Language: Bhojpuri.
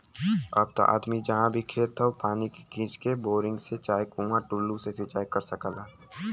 अब त आदमी जहाँ भी खेत हौ पानी के खींच के, बोरिंग से चाहे कुंआ टूल्लू से सिंचाई कर सकला